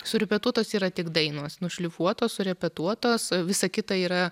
surepetuotos yra tik dainos nušlifuotos surepetuotos visa kita yra